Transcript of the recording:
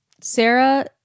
Sarah